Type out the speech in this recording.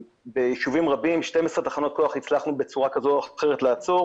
בישובים רבים 12 תחנות כוח הצלחנו בצורה כזו או אחרת לעצור